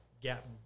gap